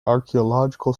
archaeological